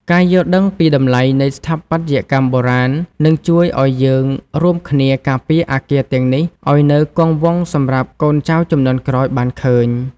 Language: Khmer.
ការយល់ដឹងពីតម្លៃនៃស្ថាបត្យកម្មបុរាណ នឹងជួយឱ្យយើងរួមគ្នាការពារអគារទាំងនេះឱ្យនៅគង់វង្សសម្រាប់កូនចៅជំនាន់ក្រោយបានឃើញ។